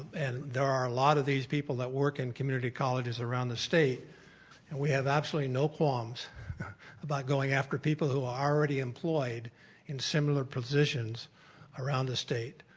and there are a lot of these people that work in community colleges around the state and we have absolutely no qualms about going after people who are already employed in similar positions around the state.